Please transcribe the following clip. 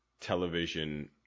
television